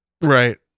right